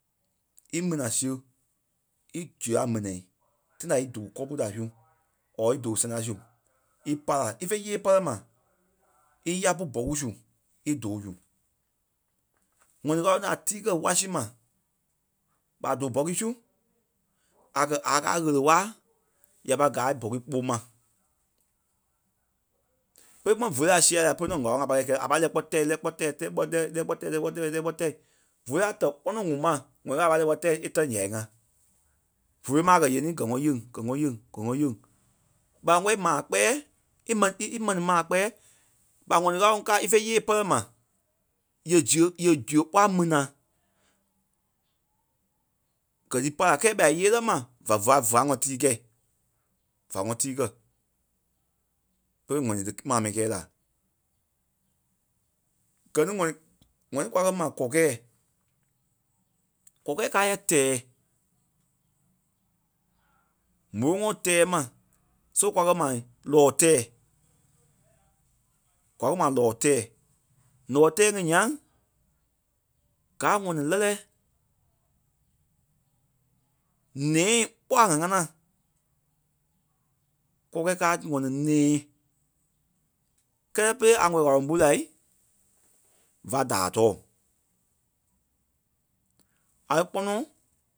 í mena siɣe íziɣe a mena tãi da i dóo kɔpu da su or í dóo sɛŋ ta su í pai la. Ífe íyee pɛlɛ ma í yá pú buku su í dóo zu. ŋ̀ɔnii ŋ̀áloŋ ti a tii kɛ watch sii ma. ɓa dóo buki su a kɛ̀ a káa a ɣele-wala ya pâi gaa buki ɓôŋ ma kpɛli ma vóloi a sia la pe nɔ ɣáloŋ a pai kɛi la. A pai lɛ́ɛ kpɔ́ tɛ̀ e lɛ́ɛ kpɔ́ t̀ɛ̀ e lɛ́ɛ kṕɔ́ tɛ̀ e lɛ́ɛ pɔ́ tɛ̀ e lɛ́ɛ kpɔ́ tɛ̀ vóloi a tɛ̀ kpɔnɔ ŋuŋ ma a pai lɛ́ɛ kpɔ́ tɛ̀ e tɛ̀ ǹyai ŋa. Vóloi ma a kɛ̀ yenii gɛ ŋɔnɔ yɛŋ, gɛ ŋɔnɔ yɛŋ, gɛ ŋɔnɔ yɛŋ. ɓa wɛli ímaa kpɛɛ í mɛ- í í mɛni ma kpɛɛ ɓa ŋ̀ɔni ŋ̀áloŋ kaa ífe íyee pɛlɛ ma. Ye ziɣe ye ziɣe kpɔ́ a mena. Gɛ ti í pai la kɛɛ ya íyee lɛɣɛ ma fa- fa- fa- ŋɔ tii kɛi fa ŋɔnɔ tii kɛ. Pere ŋɔni ti maa mɛni kɛɛ la. Gɛ ni ŋɔni ŋɔni kwa kɛ̀ ma kɔkɛ̂ɛ. Kɔkɛ̂ɛ kaa yɛ tɛ́ɛ m̀óloŋɔɔ tɛ́ɛ ma. So kwa kɛ̀ ma lɔɔ tɛ́ɛ. Kwa kɛ̀ ma lɔɔ tɛ́ɛ. Ǹɔɔ tɛ́ɛ ŋí nyaŋ kaa a ŋɔni lɛ́lɛɛ. Nɛ̃ɛ kpɔ́ ŋ̀á-ŋȧnaa. Kɔkɛ̂ɛ kaa a ŋɔni nɛ̃ɛ kɛlɛ pere a wɔ̀ ŋáloŋ pu lai va daai tɔɔ. A lí kpɔnɔ